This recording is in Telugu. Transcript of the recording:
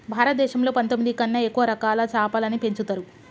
భారతదేశంలో పందొమ్మిది కన్నా ఎక్కువ రకాల చాపలని పెంచుతరు